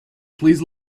please